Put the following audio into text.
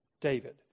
David